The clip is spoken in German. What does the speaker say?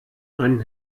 einen